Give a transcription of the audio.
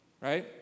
right